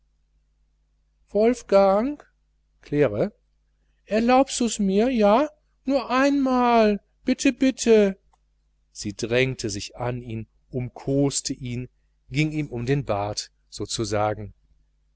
wolfgang claire erlaubsus mir ja nur einmal bitte bitte sie drängte sich an ihn umkoste ihn ging ihm um den bart sozusagen